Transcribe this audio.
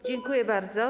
Dziękuję bardzo.